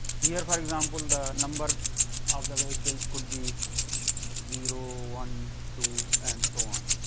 here for example, the number of the vehicles could be zero, one, two, and so on.